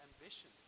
ambition